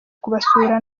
kubasura